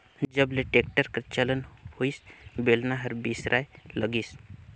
जब ले टेक्टर कर चलन होइस बेलना हर बिसराय लगिस